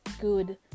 good